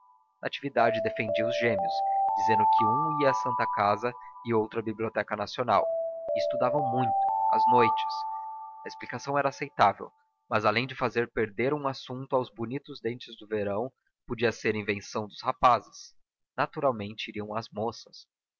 natividade defendia os gêmeos dizendo que um ia à santa casa e outro à biblioteca nacional e estudavam muito às noites a explicação era aceitável mas além de fazer perder um assunto aos bonitos dentes do verão podia ser invenção dos rapazes naturalmente iriam às moças